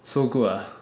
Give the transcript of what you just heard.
so good ah